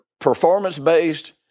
performance-based